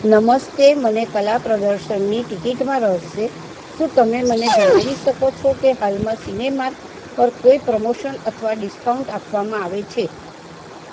નમસ્તે મને કલા પ્રદર્શનની ટિકિટમાં રસ છે શું તમે મને જણાવી શકો છો કે હાલમાં સિનેમાર્ક પર કોઈ પ્રમોશન અથવા ડિસ્કાઉન્ટ આપવામાં આવે છે